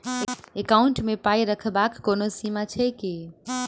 Account मे पाई रखबाक कोनो सीमा छैक की?